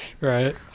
Right